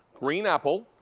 green apple.